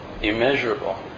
immeasurable